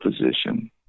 position